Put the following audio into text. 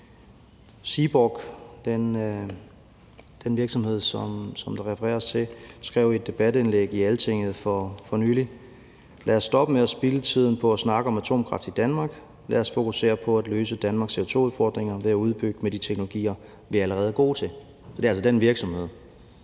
Seaborg, den virksomhed, som der refereres til, skrev i et debatindlæg i Altinget for nylig: »Lad os stoppe med at spilde tiden på at snakke om atomkraft i Danmark. Lad os fokusere på at løse Danmarks CO2-udfordringer ved at udbygge med de teknologier, vi allerede er gode til.« Det er altså den virksomhed,